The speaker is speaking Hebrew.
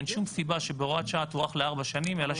אין שום סיבה שהוראת שעה תוארך לארבע שנים אלא